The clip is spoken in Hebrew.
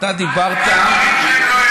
אתה דיברת, אל תגיד דברים שהם לא אמת.